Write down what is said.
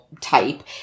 Type